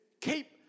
keep